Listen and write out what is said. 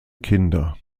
kinder